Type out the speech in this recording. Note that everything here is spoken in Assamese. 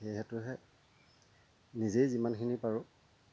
সেইহেতুহে নিজেই যিমানখিনি পাৰোঁ